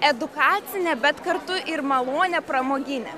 edukacinę bet kartu ir malonią pramoginę